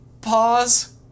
pause